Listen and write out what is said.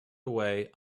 away